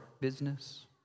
business